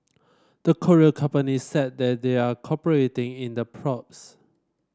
the Korean companies said they're cooperating in the probes